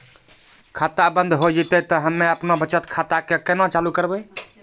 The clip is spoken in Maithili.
खाता बंद हो जैतै तऽ हम्मे आपनौ बचत खाता कऽ केना चालू करवै?